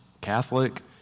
Catholic